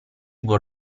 vuol